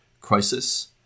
crisis